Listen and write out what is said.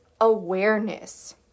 awareness